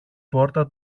πόρτα